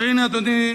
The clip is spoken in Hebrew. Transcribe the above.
והנה, אדוני,